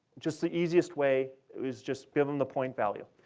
just the easiest way, is just give them the point value.